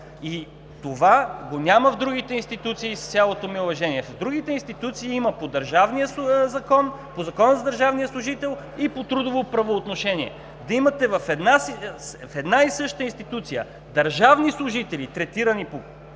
2. Това го няма в другите институции, с цялото ми уважение. В другите институции има по Закона за държавния служител и по трудово правоотношение. В една и съща институция да имате държавни служители, третирани по